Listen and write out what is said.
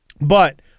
But-